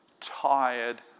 tired